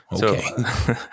Okay